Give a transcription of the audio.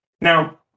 Now